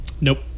Nope